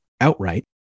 outright